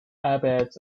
abbots